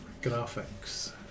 graphics